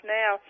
now